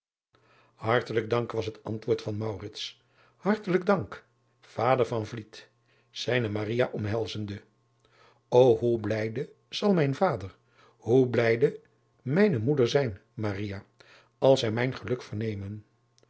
artelijk dank was het antwoord van hartelijk dank vader zijne omhelzende o hoe blijde zal mijn vader hoe blijde mijne moeder zijn als zij mijn geluk vernemen